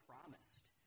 promised